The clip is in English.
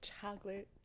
chocolate